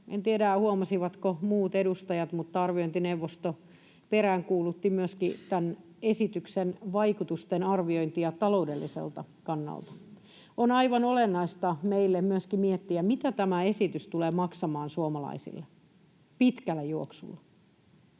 En tiedä, huomasivatko muut edustajat, mutta arviointineuvosto peräänkuulutti tämän esityksen vaikutusten arviointia myöskin taloudelliselta kannalta. On aivan olennaista meille myöskin miettiä, mitä tämä esitys tulee maksamaan suomalaisille pitkällä juoksulla.